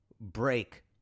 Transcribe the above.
break